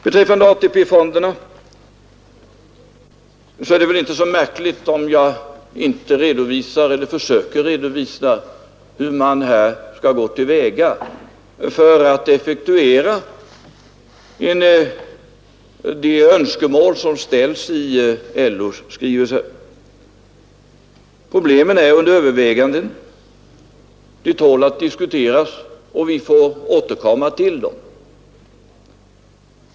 Beträffande AP-fonderna är det väl inte så märkligt om jag inte försöker redovisa hur man skall gå till väga för att effektuera de önskemål som framställs i LO:s skrivelse. Problemen är under övervägande — de tål att diskutera — och vi får återkomma till dem.